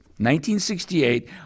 1968